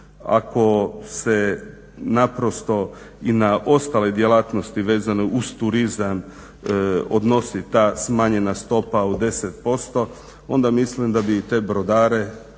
ako se naprosto i na ostale djelatnosti vezane uz turizam odnosi ta smanjena stopa od 10% onda mislim da bi i te brodare